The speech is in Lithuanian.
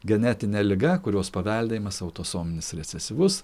genetinė liga kurios paveldėjimas autosominis recesyvus